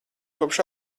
kopš